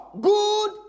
good